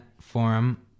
forum